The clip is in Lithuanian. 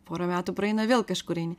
porą metų praeina vėl kažkur eini